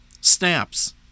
snaps